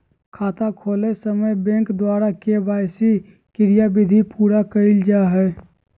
खाता खोलय समय बैंक द्वारा के.वाई.सी क्रियाविधि पूरा कइल जा हइ